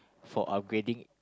for upgrading